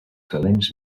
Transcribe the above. talents